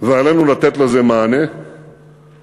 ועלינו לתת לזה מענה הגנתי,